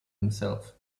himself